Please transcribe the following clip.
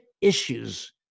issues